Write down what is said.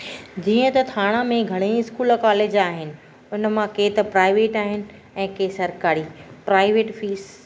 जीअं त थाणा में घणे ई स्कूल कॉलेज आहिनि उन मां के त प्राइवेट आहिनि ऐं के सरकारी प्राइवेट फीस